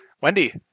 Wendy